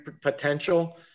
potential